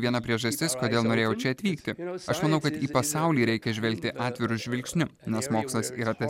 viena priežastis kodėl norėjau čia atvykti aš manau kad į pasaulį reikia žvelgti atviru žvilgsniu nes mokslas yra ta sritis kurioje sunku nuspėti iš anksto